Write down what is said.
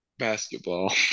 basketball